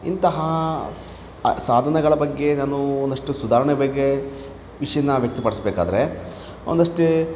ಇಂತಹ ಸಾಧನಗಳ ಬಗ್ಗೆ ನಾನು ಒಂದಷ್ಟು ಸುಧಾರಣೆ ಬಗ್ಗೆ ವಿಷಯನ ವ್ಯಕ್ತಪಡಿಸಬೇಕಾದ್ರೆ ಒಂದಷ್ಟು